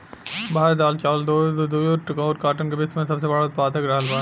भारत दाल चावल दूध जूट और काटन का विश्व में सबसे बड़ा उतपादक रहल बा